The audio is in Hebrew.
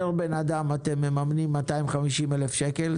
פר בן אדם אתם מממנים 250,000 שקל.